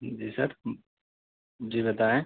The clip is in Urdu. جی سر جی بتائیں